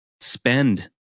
spend